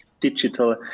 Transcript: digital